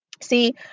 See